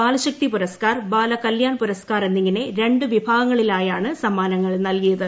ബാലശക്തി പുരസ്കാർ ബാല കല്യാൺ പുരസ്കാർ എന്നിങ്ങനെ രണ്ട് വിഭാഗങ്ങളിലായാണ് സമ്മാനങ്ങൾ നൽകിയത്